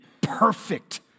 perfect